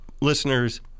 listeners